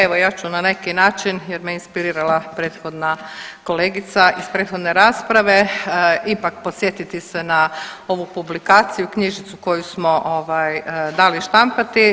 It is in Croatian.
Evo ja ću na neki način jer me inspirirala prethodna kolegica iz prethodne rasprave ipak podsjetiti se na ovu publikaciju, knjižicu koju smo ovaj dali štampati.